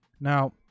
Now